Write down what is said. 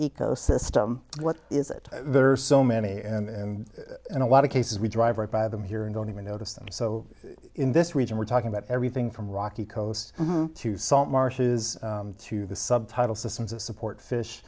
ecosystem what is it there are so many and a lot of cases we drive right by them here and don't even notice them so in this region we're talking about everything from rocky coast to salt marshes to the subtitle systems of support fish